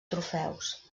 trofeus